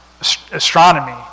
astronomy